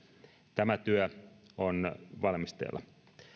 tämä työ on valmisteilla